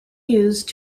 used